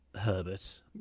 Herbert